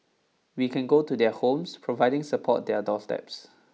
we can go to their homes providing support their doorsteps